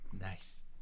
Nice